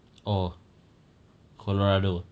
or colorado